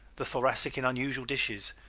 the thoracic in unusual dishes,